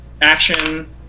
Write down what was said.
action